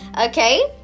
Okay